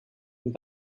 une